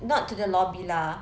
not to the lobby lah